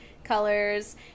colors